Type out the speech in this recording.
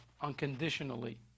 unconditionally